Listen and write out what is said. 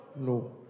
No